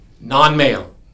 non-male